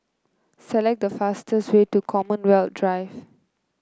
select the fastest way to Commonwealth Drive